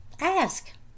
Ask